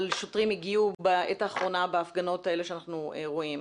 שוטרים הגיעו בעת האחרונה בהפגנות האלה שאנחנו רואים,